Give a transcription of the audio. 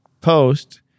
post